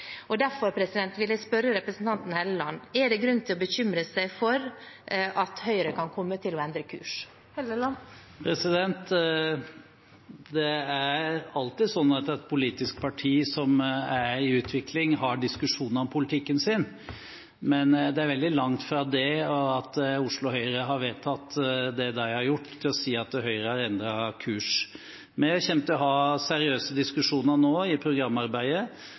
Derfor vil jeg spørre representanten Helleland: Er det grunn til å bekymre seg for at Høyre kan komme til å endre kurs? Det er alltid sånn at et politisk parti som er i utvikling, har diskusjoner om politikken sin. Men det er veldig langt fra det at Oslo Høyre har vedtatt det de har gjort, til å si at Høyre har endret kurs. Vi kommer nå til å ha seriøse diskusjoner i programarbeidet.